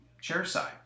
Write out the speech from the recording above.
chair-side